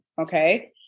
Okay